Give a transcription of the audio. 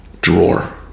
drawer